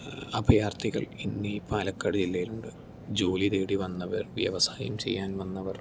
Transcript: അഭയാർത്ഥികൾ ഇന്ന് ഈ പാലക്കാട് ജില്ലയിലുണ്ട് ജോലി തേടി വന്നവർ വ്യവസായം ചെയ്യാൻ വന്നവർ